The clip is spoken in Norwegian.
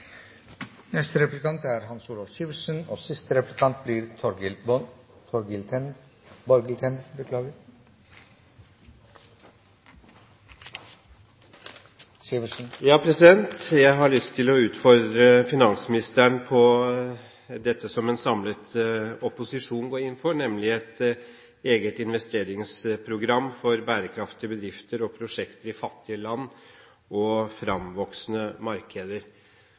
Jeg har lyst til å utfordre finansministeren på dette som en samlet opposisjon går inn for, nemlig et eget investeringsprogram for bærekraftige bedrifter og prosjekter i fattige land og fremvoksende markeder.